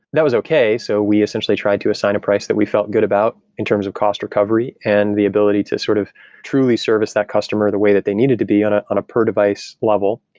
that was okay. so we essentially tried to assign a price that we felt good about in terms of cost recovery and the ability to sort of truly service that customer the way that they needed to be on ah on a per device level,